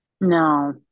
No